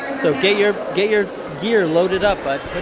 so get your get your gear loaded up, bud. put